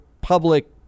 Public